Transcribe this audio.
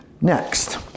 Next